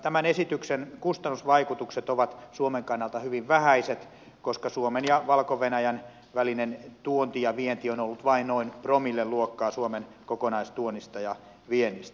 tämän esityksen kustannusvaikutukset ovat suomen kannalta hyvin vähäiset koska suomen ja valko venäjän välinen tuonti ja vienti on ollut vain noin promillen luokkaa suomen kokonaistuonnista ja viennistä